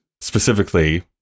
specifically